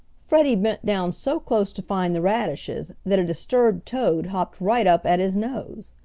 freddie bent down so close to find the radishes that a disturbed toad hopped right up at his nose.